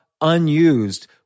unused